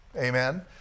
Amen